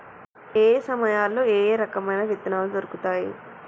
ఏయే సమయాల్లో ఏయే రకమైన విత్తనాలు దొరుకుతాయి?